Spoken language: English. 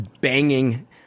banging